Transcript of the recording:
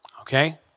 Okay